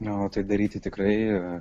na o tai daryti tikrai